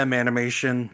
animation